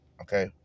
Okay